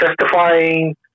testifying